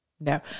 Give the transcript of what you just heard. no